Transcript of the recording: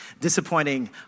Disappointing